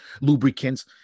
lubricants